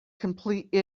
complete